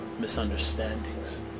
misunderstandings